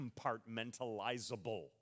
compartmentalizable